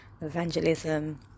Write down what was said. evangelism